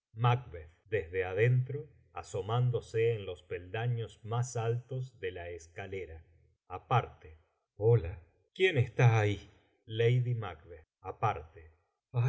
desde adentro asomándose en los pelpaños más altos de la escalera aparte hola quién está ahí lady mac